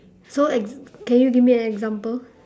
so ex~ can you give me an example